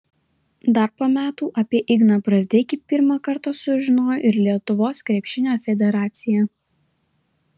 dar po metų apie igną brazdeikį pirmą kartą sužinojo ir lietuvos krepšinio federacija